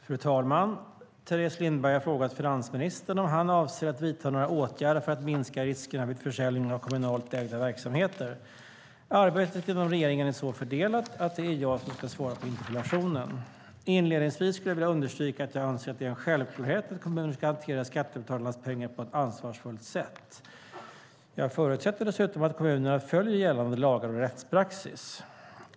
Fru talman! Teres Lindberg har frågat finansministern om han avser att vidta några åtgärder för att minska riskerna vid försäljning av kommunalt ägda verksamheter. Arbetet inom regeringen är så fördelat att det är jag som ska svara på interpellationen. Inledningsvis skulle jag vilja understryka att jag anser att det är en självklarhet att kommuner ska hantera skattebetalarnas pengar på ett ansvarsfullt sätt. Jag förutsätter dessutom att kommunerna följer gällande lagar och rättspraxis.